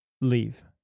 leave